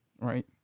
Right